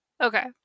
Okay